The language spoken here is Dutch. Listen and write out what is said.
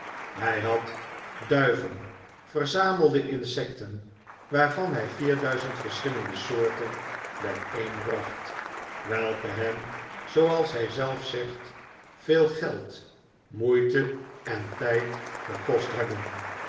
hij had duiven verzamelde insecten waarvan hij verschillende soorten bijeenbracht welke hem zooals hij zelf zegt veel geld moeite en tijd gekost ltebben